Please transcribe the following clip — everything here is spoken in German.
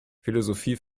philosophie